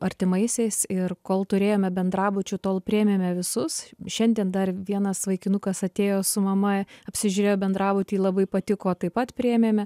artimaisiais ir kol turėjome bendrabučių tol priėmėme visus šiandien dar vienas vaikinukas atėjo su mama apsižiūrėjo bendrabutį labai patiko taip pat priėmėme